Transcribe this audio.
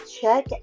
check